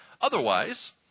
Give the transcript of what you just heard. Otherwise